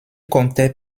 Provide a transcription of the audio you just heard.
comptait